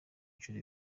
inshuro